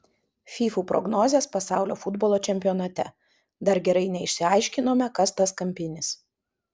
fyfų prognozės pasaulio futbolo čempionate dar gerai neišsiaiškinome kas tas kampinis